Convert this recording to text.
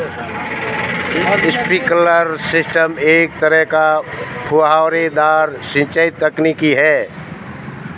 sprinkler system एक तरह का फुहारेदार सिंचाई तकनीक है